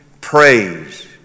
praise